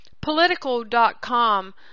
political.com